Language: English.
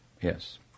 Yes